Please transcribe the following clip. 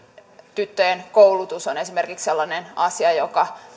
tyttöjen koulutus on esimerkiksi sellainen asia joka